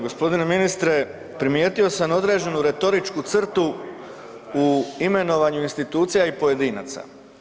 Gospodine ministre primijetio sam određenu retoričku crtu u imenovanju institucija i pojedinaca.